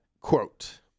quote